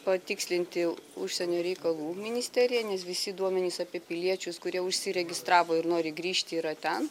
patikslinti užsienio reikalų ministerija nes visi duomenys apie piliečius kurie užsiregistravo ir nori grįžti yra ten